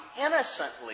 innocently